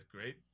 great